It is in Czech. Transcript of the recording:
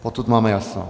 Potud máme jasno.